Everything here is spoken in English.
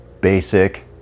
basic